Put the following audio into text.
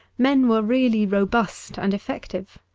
men were really robust and effective.